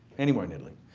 anywhere in italy.